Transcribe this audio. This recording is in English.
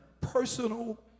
personal